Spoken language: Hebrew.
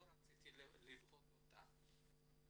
לא רציתי לדחות אותה,